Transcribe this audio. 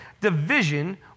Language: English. division